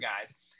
guys